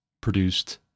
produced